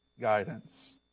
guidance